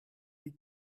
die